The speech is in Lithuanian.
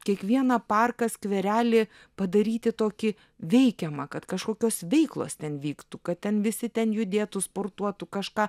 kiekvieną parką skverelį padaryti tokį veikiamą kad kažkokios veiklos ten vyktų kad ten visi ten judėtų sportuotų kažką